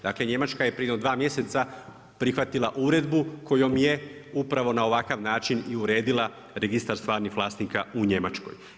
Dakle Njemačka je prije jedno 2 mjeseca prihvatila uredbu kojom je upravo na ovakav način i uredila registar stvarnih vlasnika u Njemačkoj.